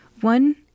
one